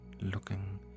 looking